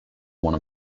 one